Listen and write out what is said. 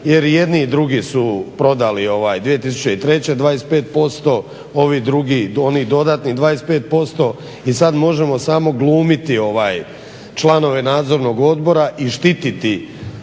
jer i jedni i drugi su prodali 2003. 25%, ovi drugi onih dodatnih 25% i sad možemo samo glumiti članove nadzornog odbora i štititi